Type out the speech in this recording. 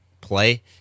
play